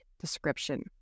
description